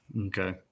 Okay